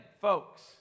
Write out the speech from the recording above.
Folks